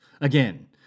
again